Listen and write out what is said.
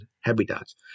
habitats